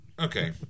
Okay